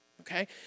Okay